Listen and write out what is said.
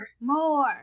More